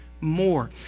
more